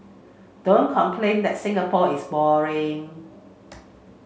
don't complain that Singapore is boring